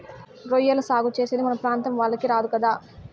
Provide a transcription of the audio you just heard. రొయ్యల సాగు చేసేది మన ప్రాంతం వాళ్లకి రాదు కదా